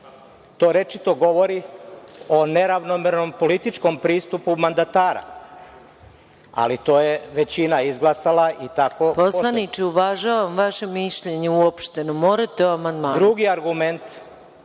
To rečito govori o neravnomernom političkom pristupu mandatara, ali to je većina izglasala. **Maja Gojković** Poslaniče, uvažavam vaše mišljenje, uopšteno, ali, morate o amandmanu.